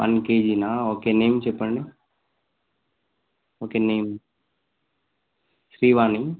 one కేజీనా okay name చెప్పండి okay name Srivani